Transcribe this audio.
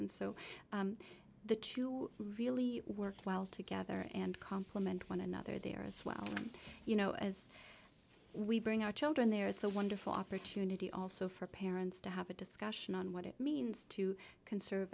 and so the two really work well together and complement one another there as well you know as we bring our children there it's a wonderful opportunity also for parents to have a discussion on what it means to conserve